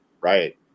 Right